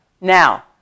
now